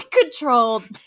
controlled